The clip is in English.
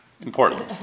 Important